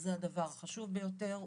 וזה הדבר החשוב ביותר,